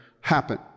happen